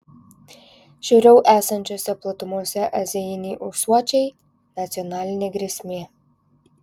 šiauriau esančiose platumose azijiniai ūsuočiai nacionalinė grėsmė